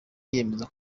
yiyemeza